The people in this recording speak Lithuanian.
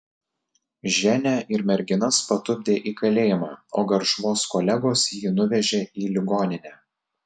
ženią ir merginas patupdė į kalėjimą o garšvos kolegos jį nuvežė į ligoninę